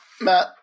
Matt